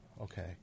Okay